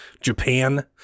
Japan